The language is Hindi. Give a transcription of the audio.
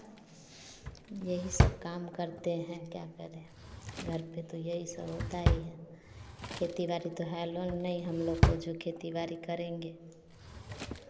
यही सब काम करते हैं क्या करें घर पर तो यही सब होता ही है खेती बाड़ी तो हेलो नहीं हम लोग को जो खेती बाड़ी करेंगे